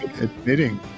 admitting